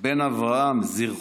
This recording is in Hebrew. בהתאם לסעיף